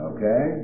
Okay